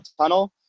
tunnel